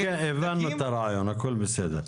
כן, כן, הבנו את הרעיון, הכל בסדר.